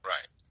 Right